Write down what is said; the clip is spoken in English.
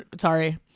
Sorry